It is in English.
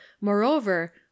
Moreover